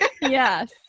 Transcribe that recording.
Yes